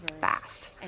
fast